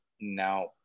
Now